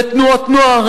ותנועות נוער